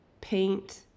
paint